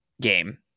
game